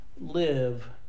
Live